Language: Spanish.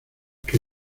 que